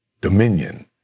dominion